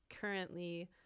currently